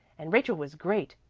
and rachel was great.